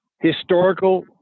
historical